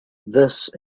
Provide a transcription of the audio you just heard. this